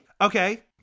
Okay